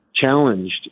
challenged